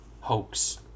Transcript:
Hoax